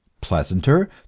pleasanter